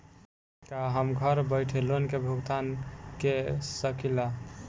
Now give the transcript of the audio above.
का हम घर बईठे लोन के भुगतान के शकेला?